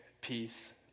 peace